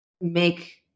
make –